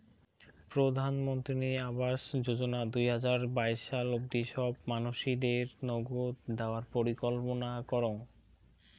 প্রধানমন্ত্রী আবাস যোজনা দুই হাজার বাইশ সাল অব্দি সব মানসিদেরনৌগউ দেওয়ার পরিকল্পনা করং